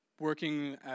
working